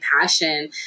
passion